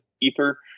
Ether